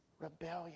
Rebellion